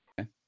Okay